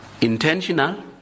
intentional